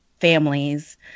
families